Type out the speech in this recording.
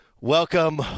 Welcome